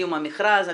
סיום המכרז.